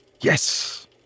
Yes